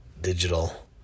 digital